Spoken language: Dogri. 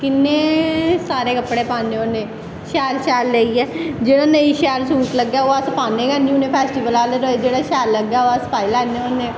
किन्ने सारे कपड़े पान्ने होन्ने शैल शैल लेइयै जेह्ड़ा नेंई शैल सूट लग्गै ओह् पान्ने गै नी होन्ने फैस्टिवल आह्लै रोज़ जेह्ड़ा शैल लग्गै ओह् अस पाई लैन्ने होन्ने